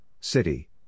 City